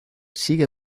sigue